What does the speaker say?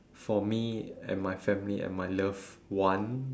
for me and my family and my loved one